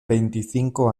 veinticinco